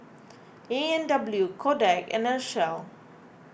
A and W Kodak and Herschel